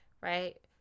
right